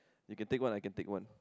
you can take one I can take one